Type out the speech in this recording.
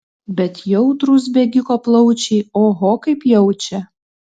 bet jautrūs bėgiko plaučiai oho kaip jaučia